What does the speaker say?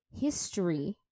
history